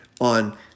on